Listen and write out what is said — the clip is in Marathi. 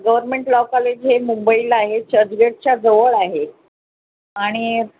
गव्हर्मेंट लॉ कॉलेज हे मुंबईला आहे चर्चगेटच्या जवळ आहे आणि